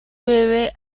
bebe